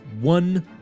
one